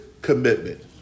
commitment